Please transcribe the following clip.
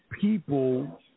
people